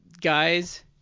guys